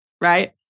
right